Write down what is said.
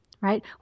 right